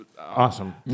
awesome